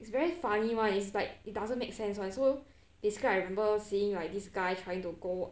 it's very funny [one] it's like it doesn't make sense [one] so describe I remember seeing like this guy trying to go